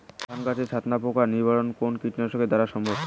ধান গাছের ছাতনা পোকার নিবারণ কোন কীটনাশক দ্বারা সম্ভব?